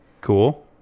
Cool